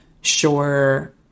sure